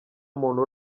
muntu